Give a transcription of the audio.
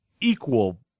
equal